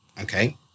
okay